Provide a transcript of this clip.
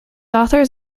authors